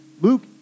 Luke